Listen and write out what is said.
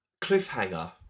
Cliffhanger